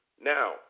Now